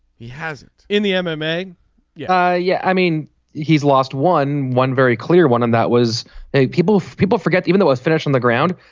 he hasn't in the um um mdma. yeah yeah i mean he's lost one one very clear one and that was a people people forget even though it's finished on the ground.